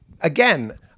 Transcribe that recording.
again